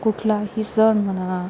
कुठलाही सण म्हणा